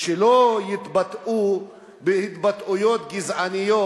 שלא יתבטאו בהתבטאויות גזעניות,